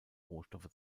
rohstoffe